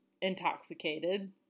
intoxicated